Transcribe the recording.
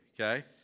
okay